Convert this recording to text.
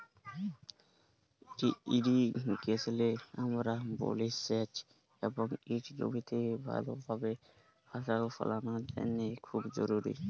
ইরিগেশলে আমরা বলি সেঁচ এবং ইট জমিতে ভালভাবে ফসল ফললের জ্যনহে খুব জরুরি